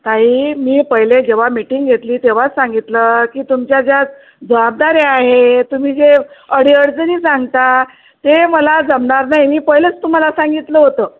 ताई मी पहिले जेव्हा मीटिंग घेतली तेव्हाच सांगितलं की तुमच्या ज्या जबाबदाऱ्या आहे तुम्ही जे अडीअडचणी सांगता ते मला जमणार नाही मी पहिलंच तुम्हाला सांगितलं होतं